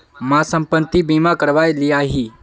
मी संपत्ति बीमा करवाए लियाही